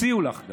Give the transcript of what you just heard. גם הציעו לך,